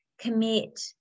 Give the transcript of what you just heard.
commit